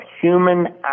human